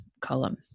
column